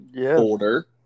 older